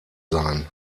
sein